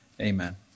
amen